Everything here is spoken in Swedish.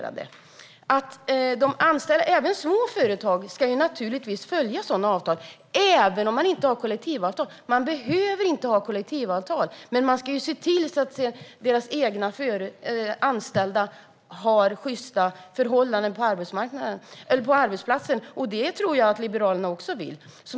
Anställda även i små företag ska naturligtvis följa sådana avtal, även om det inte finns kollektivavtal. Man behöver inte ha kollektivavtal, men man ska se till att de anställda i det egna företaget har sjysta förhållanden på arbetsplatsen. Det tror jag att Liberalerna också vill.